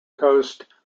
coast